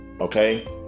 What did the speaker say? Okay